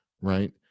right